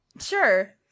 Sure